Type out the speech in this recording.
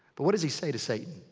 but what does he say to satan?